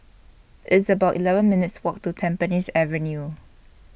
It's about eleven minutes' Walk to Tampines Avenue